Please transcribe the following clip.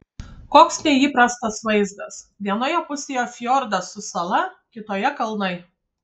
koks neįprastas vaizdas vienoje pusėje fjordas su sala kitoje kalnai